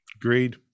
Agreed